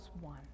one